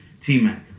T-Mac